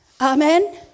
Amen